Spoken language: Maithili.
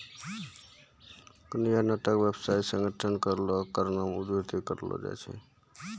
कोन्हो नयका व्यवसायिक संगठन रो खड़ो करनाय उद्यमिता कहलाय छै